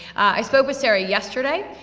i spoke with sara yesterday.